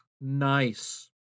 Nice